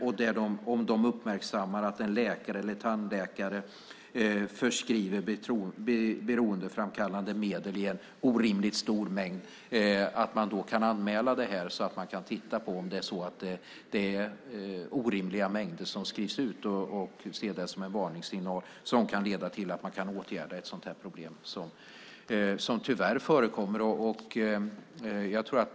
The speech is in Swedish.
Om de uppmärksammar att läkare eller tandläkare förskriver beroendeframkallande medel i en orimligt stor mängd kan de anmäla detta så att man kan titta närmare på om det är orimliga mängder som skrivs ut och se det som en varningssignal som kan leda till att man kan åtgärda ett sådant här problem som tyvärr förekommer.